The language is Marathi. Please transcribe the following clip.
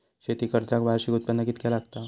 शेती कर्जाक वार्षिक उत्पन्न कितक्या लागता?